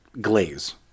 glaze